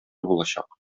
булачак